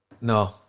no